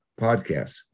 podcasts